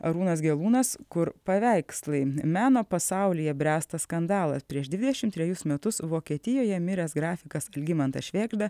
arūnas gelūnas kur paveikslai meno pasaulyje bręsta skandalas prieš dvidešim trejus metus vokietijoje miręs grafikas algimantas švėgžda